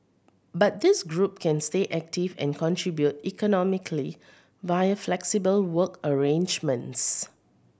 but this group can stay active and contribute economically via flexible work arrangements